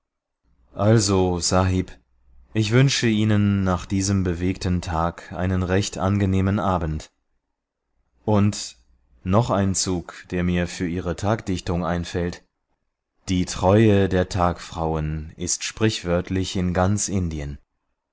also sahib ich wünsche ihnen nach diesem bewegten tag einen recht angenehmen abend und noch ein zug der mir für ihre thagdichtung einfällt die treue der thagfrauen ist sprichwörtlich in ganz indien